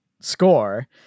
score